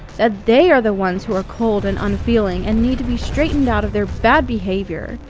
that they are the ones who are cold and unfeeling and need to be straightened out of their bad behavior.